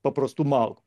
paprastų malkų